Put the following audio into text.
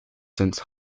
since